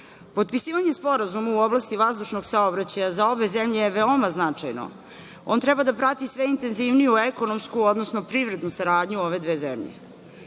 plodotvorna. Potpisivanje sporazuma u oblasti vazdušnog saobraćaja za obe zemlje je veoma značajno. On treba da prati sve intenzivniju ekonomsku, odnosno privrednu saradnju ove dve zemlje.